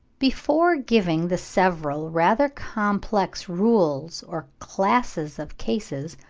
before giving the several rather complex rules or classes of cases,